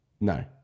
No